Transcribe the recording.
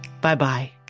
Bye-bye